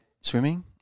swimming